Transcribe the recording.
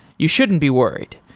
you shouldn't be worried.